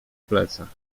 plecach